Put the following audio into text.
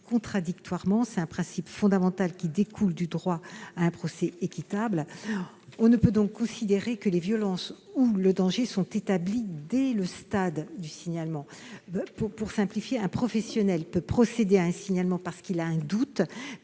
c'est un principe fondamental qui découle du droit à un procès équitable. On ne peut donc pas considérer que les violences ou le danger sont établis dès le stade du signalement. Un professionnel peut procéder à un signalement, parce qu'il a un doute